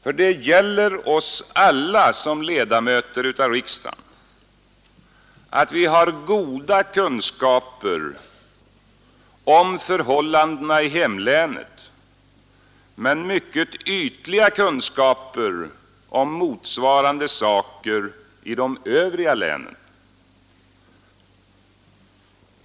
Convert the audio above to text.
För det gäller oss alla som ledamöter av riksdagen att vi har goda kunskaper om förhållandena i hemlänet men mycket ytliga kunskaper om motsvarande saker i de övriga länen.